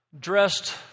dressed